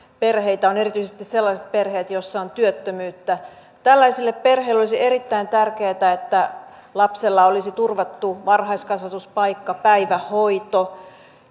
perheitä ovat erityisesti sellaiset perheet joissa on työttömyyttä tällaisille perheille olisi erittäin tärkeätä että lapsella olisi turvattu varhaiskasvatuspaikka päivähoito